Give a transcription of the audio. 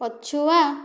ପଛୁଆ